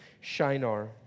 Shinar